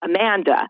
Amanda